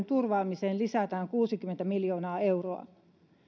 turvaamiseen lisätään kuusikymmentä miljoonaa euroa